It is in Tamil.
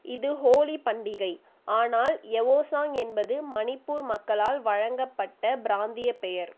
இது ஹோலி பண்டிகை ஆனால் யவோசாங் என்பது மணிப்பூர் மக்களால் வழங்கப்பட்ட பிராந்திய பெயர்